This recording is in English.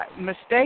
mistake